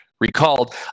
recalled